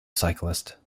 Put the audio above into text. cyclists